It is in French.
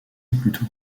plutôt